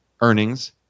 earnings